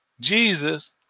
Jesus